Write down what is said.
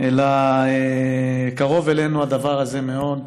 אלא קרוב אלינו הדבר הזה מאוד.